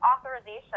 authorization